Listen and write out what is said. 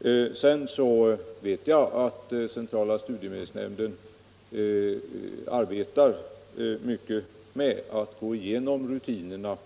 I övrigt vet jag att centrala studiestödsnämnden arbetar mycket med att gå igenom rutinerna